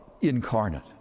incarnate